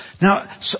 Now